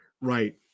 Right